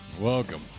Welcome